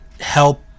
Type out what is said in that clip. help